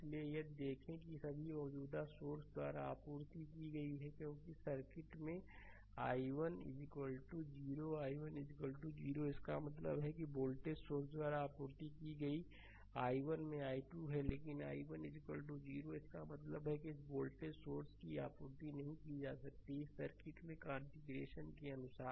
इसलिए यदि देखें कि यह सभी मौजूदा सोर्स द्वारा आपूर्ति की गई है क्योंकि सर्किट में i1 0 i1 0 इसका मतलब है वोल्टेज सोर्स द्वारा आपूर्ति की गई i1 में 12 है लेकिन i1 0 इसका मतलब है कि इस वोल्टेज सोर्स की आपूर्ति नहीं की जाती है इस सर्किट कॉन्फ़िगरेशन के अनुसार